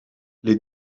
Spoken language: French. les